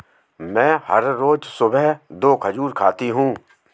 मैं हर रोज सुबह दो खजूर खाती हूँ